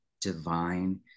divine